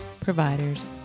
providers